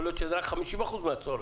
יכול להיות שזה רק 50% מהצורך.